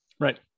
Right